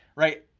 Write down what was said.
right,